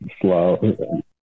slow